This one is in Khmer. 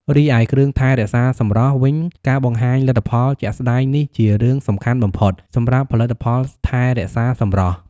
រីឯគ្រឿងថែរក្សាសម្រស់វិញការបង្ហាញលទ្ធផលជាក់ស្តែងនេះជារឿងសំខាន់បំផុតសម្រាប់ផលិតផលថែរក្សាសម្រស់។